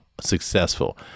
successful